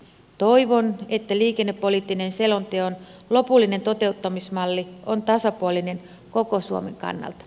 toivon että liikennepoliittisen selonteon lopullinen toteuttamismalli on tasapuolinen koko suomen kannalta